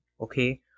okay